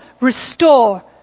restore